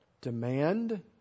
Demand